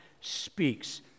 speaks